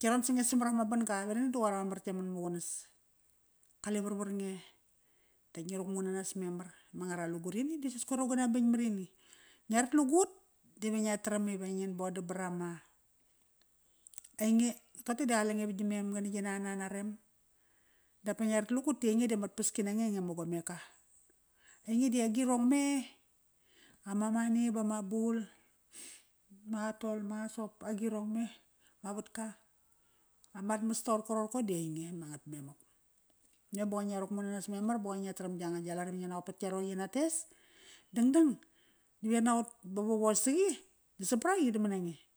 yarom sange samarama ban-ga va dangdang da qoir ama mar tkia manmaqunas. Kale warwar nge. Da ngi rukmu nanas memar. Ma ngara lugurini di sas koir aung ga na bing marini. Ngia rat lagut dive ngia taram ive ngi bodam barama, ainge, toqote da qalengo va gi mem ngana gi nan ana rem. Dapa ngia rat lagut ti amat paski nange ainge ama gomeka. Ainge di agirong me. Ama money bama bul. Ma tol, ma sop, agirong me. Ma vatka. Amat mas toqorko roqorko di ainge ma ngat memak. Me ba qoi ngia rak mu nanas memar ba qoi ngia taram yanga gia lat ive ngia naqot pat gia roqi yi nates, dangdang dive ya naqot ba vavo saqi, da sapraqi damana nge.